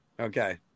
Okay